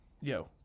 Yo